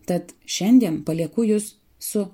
tad šiandien palieku jus su